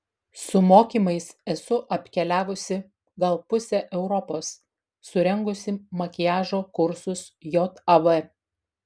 su mokymais esu apkeliavusi gal pusę europos surengusi makiažo kursus jav